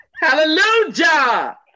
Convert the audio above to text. Hallelujah